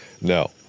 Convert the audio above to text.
No